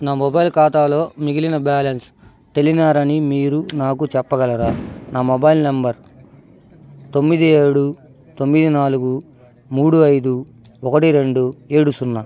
నా మొబైల్ ఖాతాలో మిగిలిన బ్యాలెన్స్ టెలినార్ అని మీరు నాకు చెప్పగలరా నా మొబైల్ నంబర్ తొమ్మిది ఏడు తొమ్మిది నాలుగు మూడు ఐదు ఒకటి రెండు ఏడు సున్నా